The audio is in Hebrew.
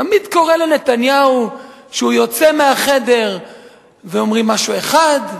תמיד קורה לנתניהו שהוא יוצא מהחדר ואומרים משהו אחד,